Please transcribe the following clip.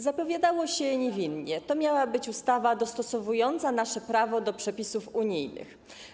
Zapowiadało się niewinnie: to miała być ustawa dostosowująca nasze prawo do przepisów unijnych.